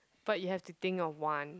but you have to think of one